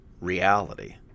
reality